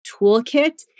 toolkit